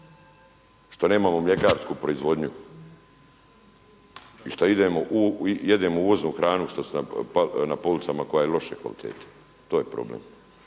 što nemamo mljekarsku proizvodnju i što idemo, jedemo uvoznu hranu što su nam, na policama koja je loše kvalitete, to je problem.